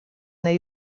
neu